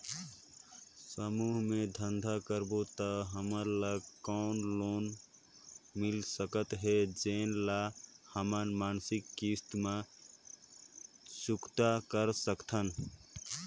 समूह मे धंधा करबो त हमन ल कौन लोन मिल सकत हे, जेन ल हमन मासिक किस्त मे चुकता कर सकथन?